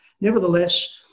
Nevertheless